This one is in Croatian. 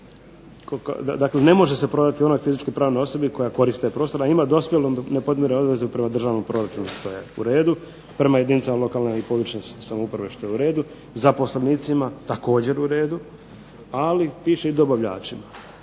dakle ne može se prodati onoj fizičkoj i pravnoj osobi koja koristi taj prostor, a ima dospjele nepodmirene obveze prema državnom proračunu što je u redu, prema jedinicama lokalne i područne samouprave, što je u redu; zaposlenicima, također u redu, ali piše i dobavljačima.